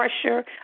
pressure